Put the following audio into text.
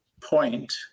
point